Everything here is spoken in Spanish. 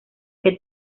que